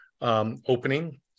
Opening